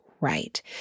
right